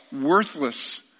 worthless